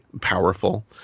powerful